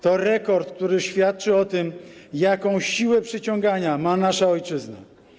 To rekord, który świadczy o tym, jaką siłę przyciągania ma nasza ojczyzna.